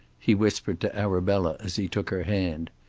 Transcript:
he whispered to arabella as he took her hand.